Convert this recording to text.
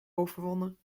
overwonnen